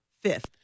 Fifth